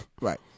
right